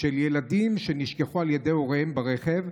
של ילדים שנשכחו על ידי הוריהם ברכב,